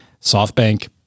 SoftBank